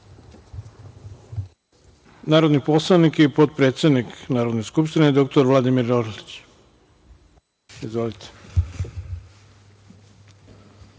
narodni poslanik i potpredsednik Narodne skupštine dr Vladimir Orlić. Izvolite.